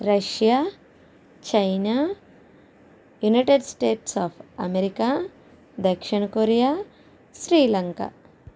Russia China United States of America దక్షిణ Korea Sri Lanka